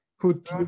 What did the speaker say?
put